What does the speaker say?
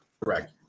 Correct